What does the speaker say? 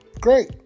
great